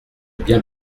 bien